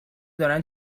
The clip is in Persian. دارن